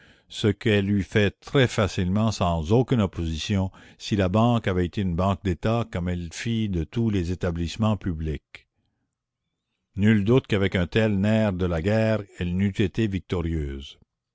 ce qu'elle eût fait très facilement sans aucune opposition si la banque avait été une banque la commune d'etat comme elle fit de tous les établissements publics nul doute qu'avec un tel nerf de la guerre elle n'eût été victorieuse